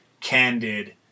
candid